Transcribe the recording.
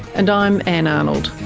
and i'm ann arnold.